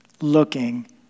looking